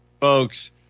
Folks